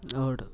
आओर